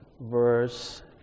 Verse